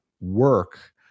work